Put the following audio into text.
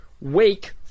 Wake